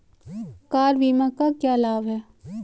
Car बीमा का क्या लाभ है?